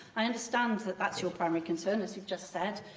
i understand that that's your primary concern, as you've just said,